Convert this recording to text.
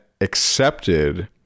accepted